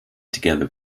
together